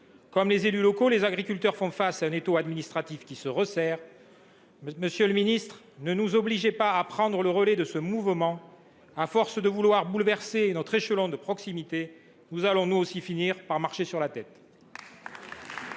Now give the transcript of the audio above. Comme les élus locaux, ils font face à un étau administratif qui se resserre. Monsieur le ministre, ne nous obligez pas à prendre le relais de ce mouvement. À force de chercher à bouleverser notre échelon de proximité, vous allez finir par nous faire, nous aussi, marcher sur la tête